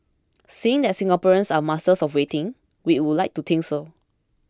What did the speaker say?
seeing that Singaporeans are masters of waiting we would like to think so